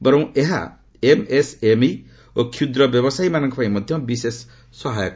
ବରଂ ଏହା ଏମଏସଏମଇ ଓ କ୍ଷୁଦ୍ର ବ୍ୟବସାୟୀ ପାଇଁ ମଧ୍ୟ ବିଶେଷ ସହାୟକ